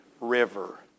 river